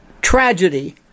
tragedy